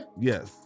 Yes